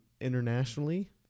internationally